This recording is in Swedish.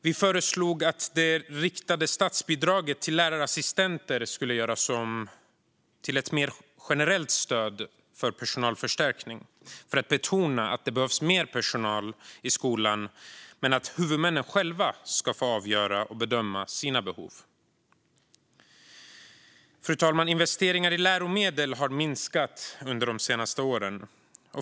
Vi föreslog att det riktade statsbidraget till lärarassistenter skulle göras om till ett mer generellt stöd för personalförstärkning, för att betona att det behövs mer personal i skolan men att huvudmännen själva ska få avgöra och bedöma sina behov. Fru talman! Investeringar i läromedel har minskat under de senaste åren.